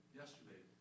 yesterday